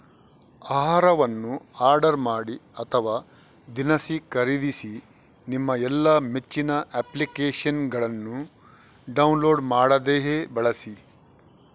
ಆಹಾರವನ್ನು ಆರ್ಡರ್ ಮಾಡಿ ಅಥವಾ ದಿನಸಿ ಖರೀದಿಸಿ ನಿಮ್ಮ ಎಲ್ಲಾ ಮೆಚ್ಚಿನ ಅಪ್ಲಿಕೇಶನ್ನುಗಳನ್ನು ಡೌನ್ಲೋಡ್ ಮಾಡದೆಯೇ ಬಳಸಿ